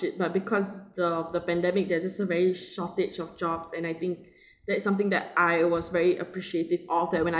ship but because of the pandemic there's a very shortage of jobs and I think that's something that I was very appreciative of that when I